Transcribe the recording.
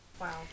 Wow